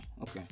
okay